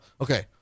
Okay